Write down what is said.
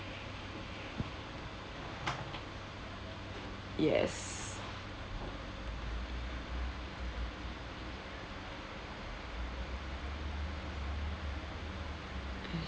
yes